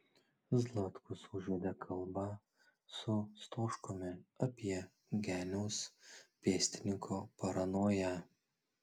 zlatkus užvedė kalbą su stoškumi apie geniaus pėstininko paranoją